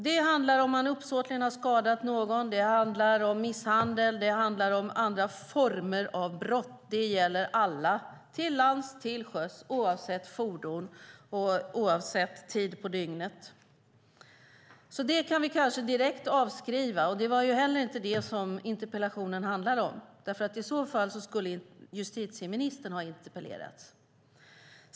Det handlar om ifall man uppsåtligen har skadat någon, det handlar om misshandel, och det handlar om andra former av brott. Det gäller alla till lands och till sjöss oavsett fordon och oavsett tid på dygnet. Det kan vi därför kanske avskriva direkt. Det var inte heller det som interpellationen handlar om. I så fall skulle justitieministern ha interpellerats.